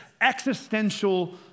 existential